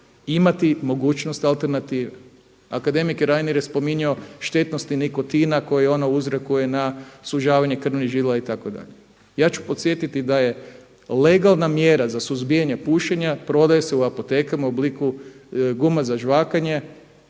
imati mogućnost alternative. Akademik Reiner je spominjao štetnosti nikotina koje ona uzrokuje na sužavanje krvnih žila itd. Ja ću podsjetiti da je legalna mjera za suzbijanje pušenja prodaje se u apotekama u obliku guma za žvakanje